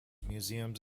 museums